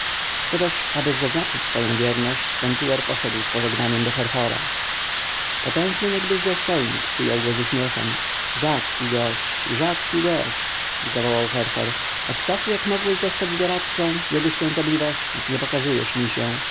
to też aby zaznaczyć swoją wierność pentuer poszedł z pożegnaniem do herhora potężny niegdyś dostojnik przyjął go z uśmiechem rzadki gość rzadki gość zawołał herhor od czasu jak mogłeś zostać doradcą jego świątobliwości nie pokazujesz mi się